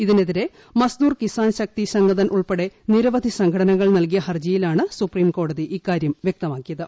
ഇതിനെതിരെ മസ്ദൂർ കിസാൻ ശക്തി സംഗതൻ ഉൾപ്പെടെ നിരവധി സംഘടനകൾ നൽകിയ ഹർജിയിലാണ് സുപ്രീംകോടതി ഇക്കാര്യം വൃക്തമാക്കിയത്